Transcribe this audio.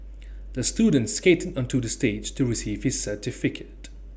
the student skated onto the stage to receive his certificate